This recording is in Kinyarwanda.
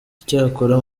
icyakora